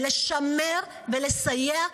ולשמר ולסייע,